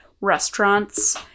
restaurants